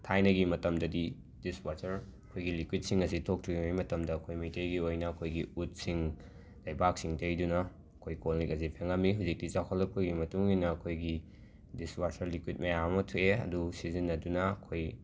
ꯊꯥꯏꯅꯒꯤ ꯃꯇꯝꯗꯗꯤ dishwasher ꯑꯩꯈꯣꯏꯒꯤ ꯂꯤꯀ꯭ꯋꯤꯠꯁꯤꯡ ꯑꯁꯤ ꯊꯣꯛꯇ꯭ꯔꯤꯉꯩ ꯃꯇꯝꯗ ꯑꯩꯈꯣꯏ ꯃꯩꯇꯩꯒꯤ ꯑꯣꯏꯅ ꯑꯩꯈꯣꯏꯒꯤ ꯎꯠꯁꯤꯡ ꯂꯩꯕꯥꯛꯁꯤꯡ ꯇꯩꯗꯨꯅ ꯑꯩꯈꯣꯏ ꯀꯣꯜ ꯂꯤꯛ ꯑꯖꯤ ꯐꯦꯡꯉꯝꯃꯤ ꯍꯨꯖꯤꯛꯇꯤ ꯆꯥꯎꯈꯠꯂꯛꯄꯒꯤ ꯃꯇꯨꯡ ꯏꯟꯅ ꯑꯩꯈꯣꯏꯒꯤ ꯗꯤꯁ ꯋꯥꯁꯔ ꯂꯤꯀꯨꯏꯠ ꯃꯌꯥꯝ ꯑꯃ ꯊꯣꯛꯑꯦ ꯑꯗꯨ ꯁꯤꯖꯤꯟꯅꯗꯨꯅ ꯑꯩꯈꯣꯏ